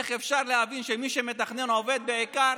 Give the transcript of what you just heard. איך אפשר להבין שמי שמתכנן עובד בעיקר